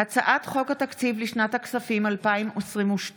הצעת חוק התקציב לשנת הכספים 2022,